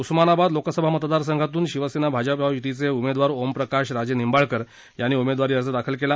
उस्मानाबाद लोकसभा मतदारसंघातून शिवसेना भाजप महायुतीचे उमेदवार ओमप्रकाश राजेनिंबाळकर यांनी उमेदवारी अर्ज दाखल केला